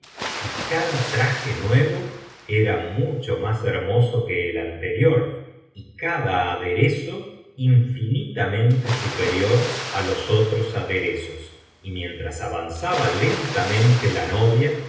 y cada traje nuevo era mucho más hermoso que el anterior y cada aderezo infinitamente superior á los otros aderezos y mientras avanzaba lentamente a novia